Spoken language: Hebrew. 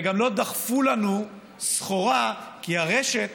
וגם לא דחפו לנו סחורה כי הרשת